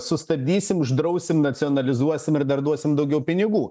sustabdysim uždrausim nacionalizuosim ir dar duosim daugiau pinigų